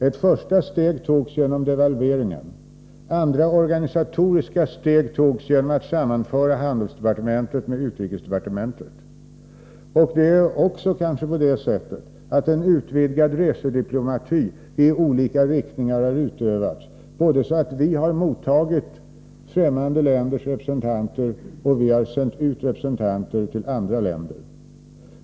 Ett första steg togs genom devalveringen. Ett andra, organisatoriskt steg togs när handelsdepartementet sammanfördes med utrikesdepartementet. Det är kanske också så att en utvidgad resediplomati i olika riktningar har utövats, både på det sättet att vi i ökad utsträckning har mottagit främmande länders representanter och genom att vi har sänt ut representanter till andra länder.